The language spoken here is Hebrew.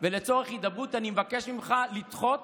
ולצורך הידברות אני מבקש ממך לדחות